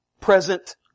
present